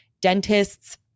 dentists